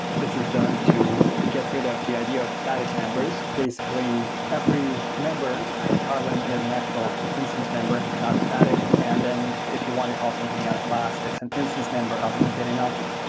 this is done to get rid of the idea of static members. basically, every member is and kotlin is an actual instance member, not static. and then if you want to call something on a class, it's an instance member of a companion object.